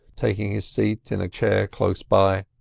taking his seat in a chair close by.